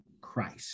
Christ